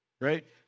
Right